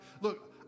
look